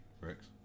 Rex